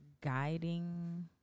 guiding